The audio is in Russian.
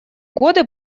годы